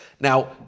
Now